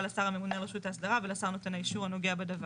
לשר הממונה על רשות ההסדרה ולשר נותן האישור הנוגע בדבר.